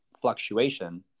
fluctuation